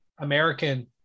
American